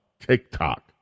TikTok